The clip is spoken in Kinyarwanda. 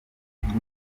imbuto